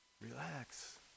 relax